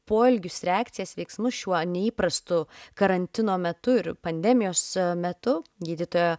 poelgius reakcijas veiksmus šiuo neįprastu karantino metu ir pandemijos metu gydytoja